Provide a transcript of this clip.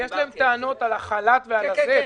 יש להם טענות על החל"ת ועל הזה.